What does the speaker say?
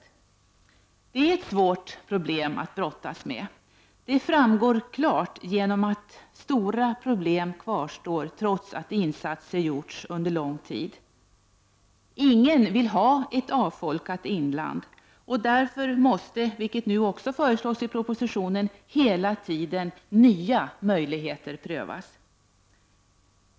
Detta är ett svårt problem att brottas med. Det framgår klart, eftersom vi kan se att stora problem kvarstår trots att insatser gjorts under lång tid. Ingen vill ha ett avfolkat inland, och därför måste — vilket nu också föreslås i propositionen — hela tiden nya möjligheter prövas.